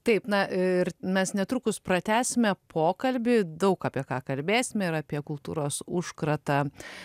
taip na ir mes netrukus pratęsime pokalbį daug apie ką kalbėsime ir apie kultūros užkratą